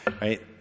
right